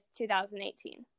2018